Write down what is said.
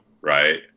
Right